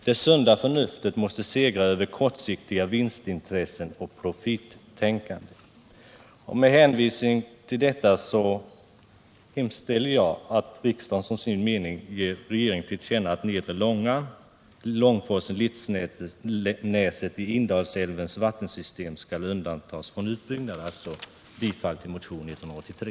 Det sunda förnuftet måste segra över kortsiktiga vinstintressen och profittänkande. Med hänvisning till detta hemställer jag att riksdagen som sin mening ger regeringen till känna att nedre Långan, Långforsen och Litsnäset samt Näset i Indalsälvens vattensystem skall undantas från utbyggnad. Jag yrkar alltså bifall till motionen 183.